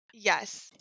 Yes